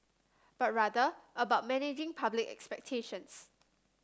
but rather about managing public expectations